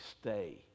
stay